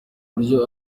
buryo